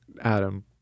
Adam